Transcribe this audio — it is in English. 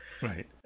Right